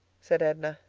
said edna.